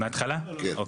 אוקיי,